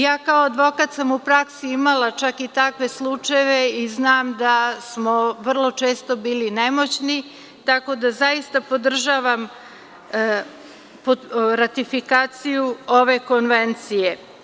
Ja kao advokat sam u praksi imala čak i takve slučajeve i znam da smo vrlo često bili nemoćni, tako da zaista podržavam ratifikaciju ove konvencije.